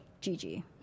Gigi